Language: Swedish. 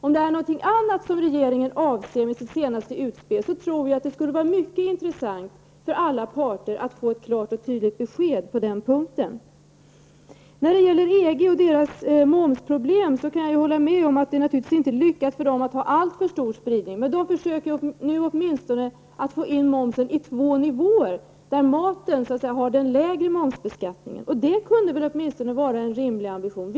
Om regeringen avser något annat med sitt senaste utspel, tror jag att alla parter skulle vara mycket intresserade av att få ett klart och tydligt besked på den punkten. När det gäller EGs momsproblem kan jag hålla med om att det naturligtvis inte är lyckat för EG att ha en alltför stor spridning. Man försöker åtminstone att få en moms på två nivåer, där maten har den lägre momsen. Det kunde väl åtminstone vara en rimlig ambition.